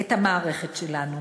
את המערכת שלנו.